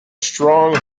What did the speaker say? strong